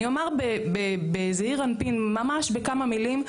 אני אומר בזעיר אנפין, ממש בכמה מילים.